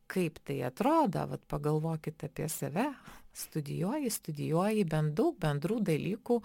kaip tai atrodo vat pagalvokit apie save studijuoji studijuoji bent daug bendrų dalykų